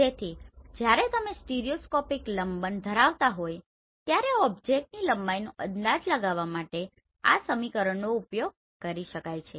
તેથી જ્યારે તમે સ્ટીરિયોસ્કોપિક લંબન ધરાવતા હોય ત્યારે ઓબ્જેક્ટની ઊચાઇનો અંદાજ લગાવવા માટે આ સમીકરણનો ઉપયોગ કરી શકાય છે